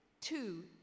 two